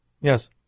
Yes